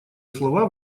слова